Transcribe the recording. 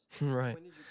Right